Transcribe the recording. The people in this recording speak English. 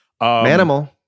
animal